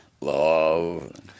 Love